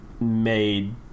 made